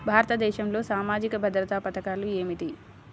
భారతదేశంలో సామాజిక భద్రతా పథకాలు ఏమిటీ?